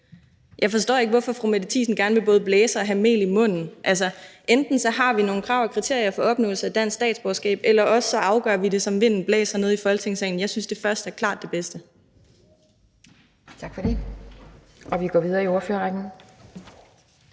Jeg forstår ikke, hvorfor fru Mette Thiesen gerne vil både blæse og have mel i munden. Enten har vi nogle krav og kriterier for opnåelse af dansk statsborgerskab, eller også afgør vi det, som vinden blæser, nede i Folketingssalen. Jeg synes klart, at det første er det bedste. Kl. 18:31 Anden næstformand